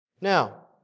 Now